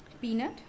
peanut